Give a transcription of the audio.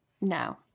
No